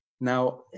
Now